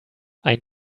ein